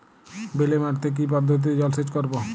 বেলে মাটিতে কি পদ্ধতিতে জলসেচ করব?